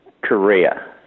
Korea